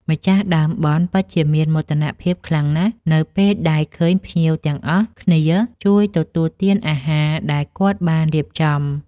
ម្ចាស់ដើមបុណ្យពិតជាមានមោទនភាពខ្លាំងណាស់នៅពេលដែលឃើញភ្ញៀវទាំងអស់គ្នា ជួយទទួលទានអាហារដែលគាត់បានរៀបចំ។